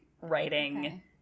writing